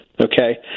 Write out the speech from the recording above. okay